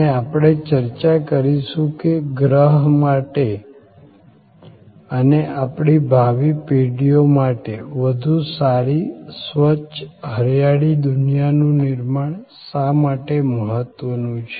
અને આપણે ચર્ચા કરીશું કે ગ્રહ માટે અને આપણી ભાવિ પેઢીઓ માટે વધુ સારી સ્વચ્છ હરિયાળી દુનિયાનું નિર્માણ શા માટે મહત્વનું છે